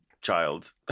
child